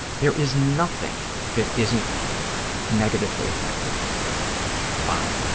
there is nothing that isn't negatively affected by